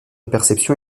perception